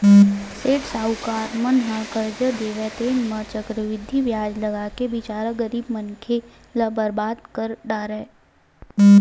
सेठ साहूकार मन ह करजा देवय तेन म चक्रबृद्धि बियाज लगाके बिचारा गरीब मनखे ल बरबाद कर डारय